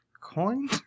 coin